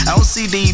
lcd